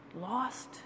lost